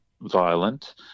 violent